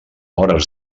hores